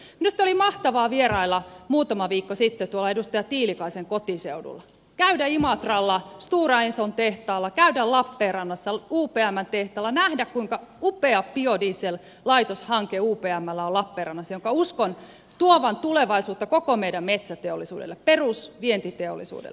minusta oli mahtavaa vierailla muutama viikko sitten edustaja tiilikaisen kotiseudulla käydä imatralla stora enson tehtaalla käydä lappeenrannassa upmn tehtaalla nähdä kuinka upea biodiesellaitoshanke upmllä on lappeenrannassa jonka uskon tuovan tulevaisuutta koko meidän metsäteollisuudelle perusvientiteollisuudelle